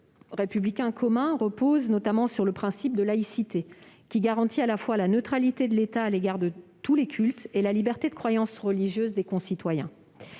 républicain commun repose notamment sur le principe de laïcité, qui garantit à la fois la neutralité de l'État à l'égard de tous les cultes et la liberté de croyance religieuse de nos concitoyens.